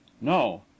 no